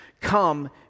Come